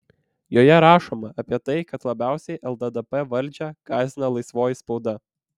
joje rašoma apie tai kad labiausiai lddp valdžią gąsdina laisvoji spauda